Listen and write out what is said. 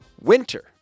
Winter